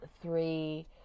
three